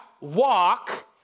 walk